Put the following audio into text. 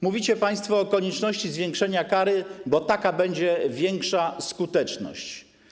Mówicie państwo o konieczności zwiększenia kary, bo dzięki temu będzie większa skuteczność.